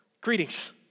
Greetings